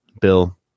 Bill